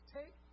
take